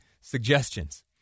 suggestions